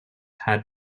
had